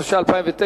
התש"ע 2009,